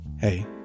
Hey